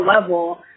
level